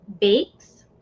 bakes